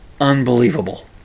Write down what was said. unbelievable